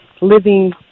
living